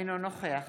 אינו נוכח